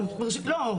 לא,